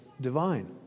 divine